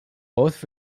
both